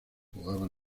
jugaban